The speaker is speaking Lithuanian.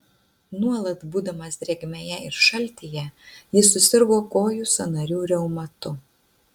nuolat būdamas drėgmėje ir šaltyje jis susirgo kojų sąnarių reumatu